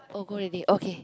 oh go already okay